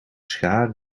schaar